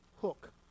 Hook